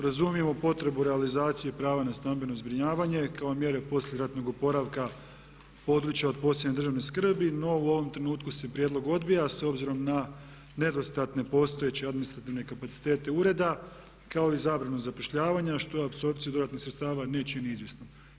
Razumijemo potrebu realizacije prava na stambeno zbrinjavanje kao i mjere poslijeratnog oporavka područja od posebne državne skrbi no u ovom trenutku se prijedlog odbija s obzirom na nedostatne postojeće administrativne kapacitete ureda kao i zabranu zapošljavanja što apsorpciju dodatnih sredstava ne čini izvjesnom.